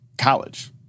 college